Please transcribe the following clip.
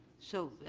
so